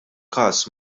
każ